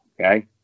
Okay